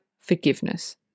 Forgiveness